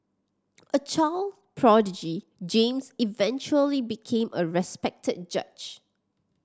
a child prodigy James eventually became a respected judge